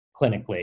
clinically